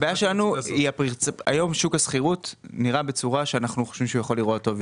אנחנו חושבים ששוק השכירות היום יכול להיראות טוב יותר.